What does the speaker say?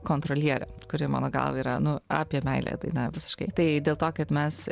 kontrolierę kuri mano galva yra nu apie meilę daina visiškai tai dėl to kad mes